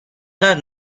دارد